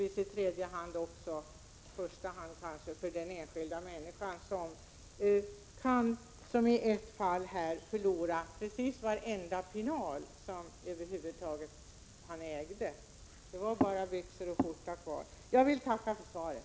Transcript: För det tredje drabbas naturligtvis också — och kanske i första hand — den enskilda människan, som kan förlora precis allt. Det skedde i ett fall, där bara byxor och skjorta fanns kvar. Jag vill tacka för svaret.